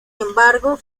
embargo